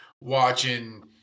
watching